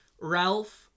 Ralph